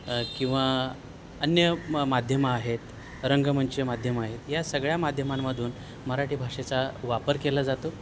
किंवा अन्य माध्यम आहेत रंगमंच माध्यम आहेत या सगळ्या माध्यमांमधून मराठी भाषेचा वापर केला जातो